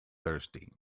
thirsty